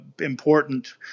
important